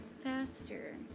faster